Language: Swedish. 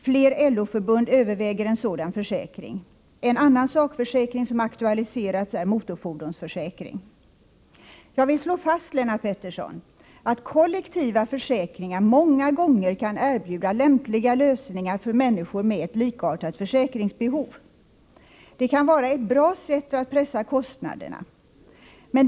Fler LO-förbund överväger en sådan försäkring. En annan sakförsäkring som aktualiserats är motorfordonsförsäkring. Jag vill slå fast, Lennart Pettersson, att kollektiva försäkringar många gånger kan erbjuda lämpliga lösningar för människor med ett likartat försäkringsbehov. De kan vara ett bra sätt att pressa kostnaderna.